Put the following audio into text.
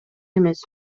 эмес